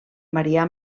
marià